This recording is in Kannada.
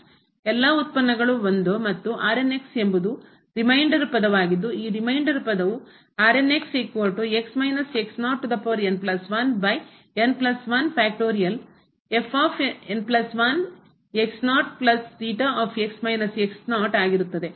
ಎಲ್ಲಾ ಉತ್ಪನ್ನಗಳು 1 ಮತ್ತು ಎಂಬುದು ರಿಮೈಂಡರ್ ಉಳಿದ ಪದವಾಗಿದ್ದು ಈ ರಿಮೈಂಡರ್ ಉಳಿದ ಪದವು ಆಗಿರುತ್ತದೆ